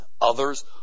others